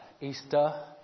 Easter